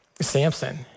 Samson